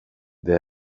det